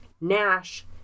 Nash